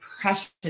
precious